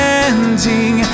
ending